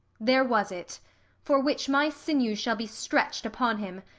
there was it for which my sinews shall be stretch'd upon him.